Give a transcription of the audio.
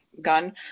gun